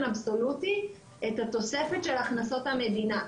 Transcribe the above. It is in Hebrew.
אבסולוטי את התוספת של הכנסות המדינה.